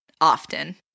often